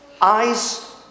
Eyes